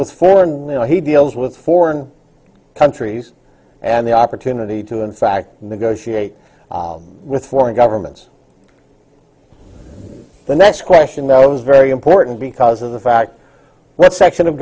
with foreign no he deals with foreign countries and the opportunity to in fact negotiate with foreign governments the next question though is very important because of the fact that section of